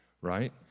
Right